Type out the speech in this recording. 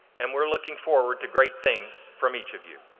and we're looking forward to great things from each of you.